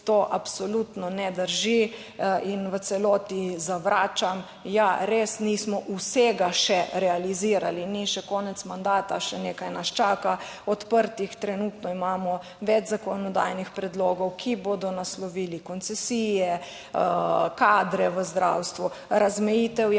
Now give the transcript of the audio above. To absolutno ne drži in v celoti zavračam. Ja, res nismo vsega še realizirali, ni še konec mandata, še nekaj nas čaka. Odprtih trenutno imamo več zakonodajnih predlogov, ki bodo naslovili koncesije, kadre v zdravstvu, razmejitev